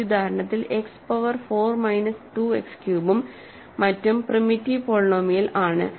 ഈ ഉദാഹരണത്തിൽ x power 4 minus 2 x ക്യൂബും മറ്റും പ്രിമിറ്റീവ് പോളിനോമിയൽ ആണ്